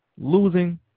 losing